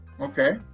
Okay